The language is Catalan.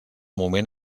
moment